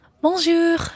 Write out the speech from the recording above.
Bonjour